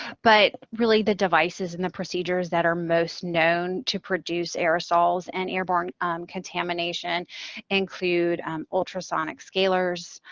but really, the devices in the procedures that are most known to produce aerosols and airborne contamination include um ultrasonic scalars,